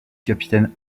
capitaine